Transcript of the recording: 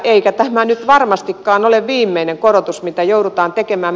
eikä tämä nyt varmastikaan ole viimeinen korotus mitä joudutaan tekemään